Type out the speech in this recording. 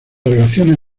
relaciones